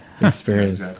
experience